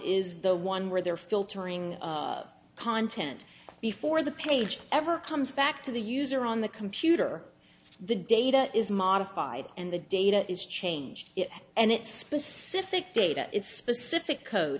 is the one where they're filtering content before the page ever comes back to the user on the computer the data is modified and the data is changed and it's specific data it's specific code